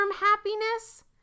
happiness